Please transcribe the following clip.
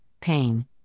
pain